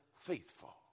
faithful